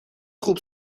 خوب